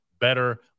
better